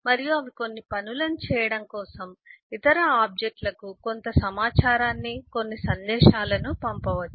మరియు అవి కొన్ని పనులను చేయడం కోసం ఇతర ఆబ్జెక్ట్లకు కొంత సమాచారాన్ని కొన్ని సందేశాలను పంపవచ్చు